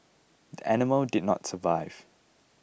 the animal did not survive